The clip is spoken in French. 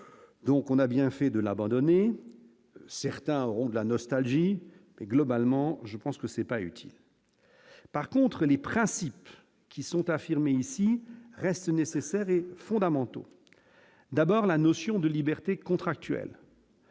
donc on a bien fait de l'abandonner certains ont de la nostalgie, mais globalement, je pense que c'est pas utile, par contre, les principes qui sont affirmées ici reste nécessaire et fondamentaux : d'abord la notion de liberté contractuelle,